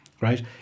right